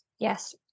Yes